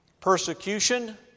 Persecution